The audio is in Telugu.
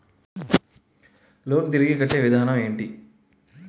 లోన్ తిరిగి కట్టే విధానం ఎంటి?